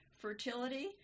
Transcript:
fertility